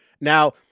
Now